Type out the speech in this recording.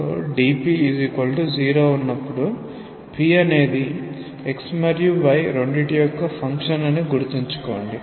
so dp 0 ఉన్నప్పుడు p అనేది x మరియు y రెండింటి యొక్క ఫంక్షన్ అని గుర్తుంచుకోండి